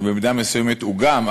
שבמידה מסוימת הוא גם,